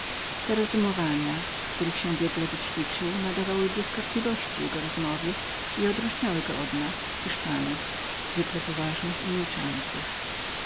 te rozumowania w których się był biegle wyćwiczył nadawały błyskotliwość jego rozmowie i odróżniały go od nas hiszpanów zwykle poważnych i milczących